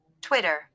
Twitter